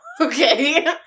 okay